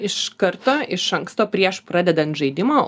iš karto iš anksto prieš pradedant žaidimą